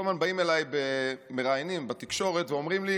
כל הזמן באים אליי מראיינים בתקשורת ואומרים לי: